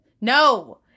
No